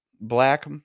black